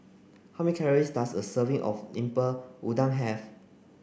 how many calories does a serving of Lemper Udang have